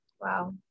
wow